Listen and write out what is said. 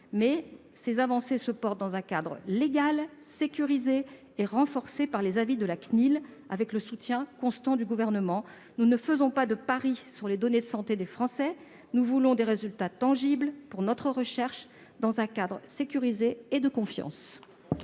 Mais ces avancées sont réalisées dans un cadre légal sécurisé et renforcé par les avis de la CNIL, avec le soutien constant du Gouvernement. Nous ne faisons pas de pari sur les données de santé des Français. Nous voulons des résultats tangibles pour notre recherche, dans un cadre sécurisé et de confiance.